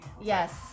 yes